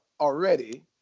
already